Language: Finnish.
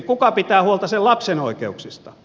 kuka pitää huolta sen lapsen oikeuksista